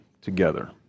together